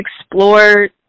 explore